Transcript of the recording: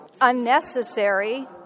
unnecessary